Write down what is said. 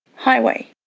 highway,